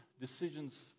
decisions